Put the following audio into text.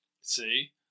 See